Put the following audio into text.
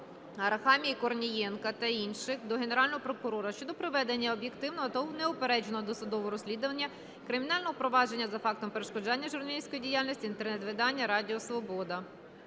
(Арахамії, Корнієнка та інших) до Генерального прокурора щодо проведення об'єктивного та неупередженого досудового розслідування кримінального провадження за фактом перешкоджання журналістській діяльності інтернет-видання "Радіо Свобода".